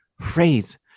phrase